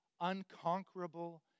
unconquerable